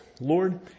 Lord